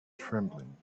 trembling